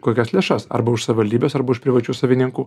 kokias lėšas arba už savaldybės arba už privačių savininkų